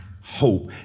hope